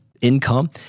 income